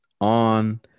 on